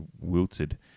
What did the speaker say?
wilted